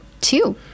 two